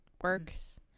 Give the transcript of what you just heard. works